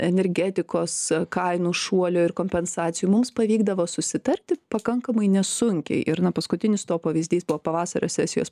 energetikos kainų šuolio ir kompensacijų mums pavykdavo susitarti pakankamai nesunkiai ir na paskutinis to pavyzdys buvo pavasario sesijos